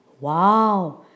Wow